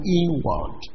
inward